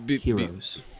heroes